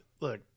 look